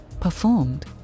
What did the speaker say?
performed